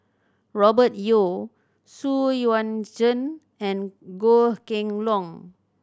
Robert Yeo Xu Yuan Zhen and Goh Kheng Long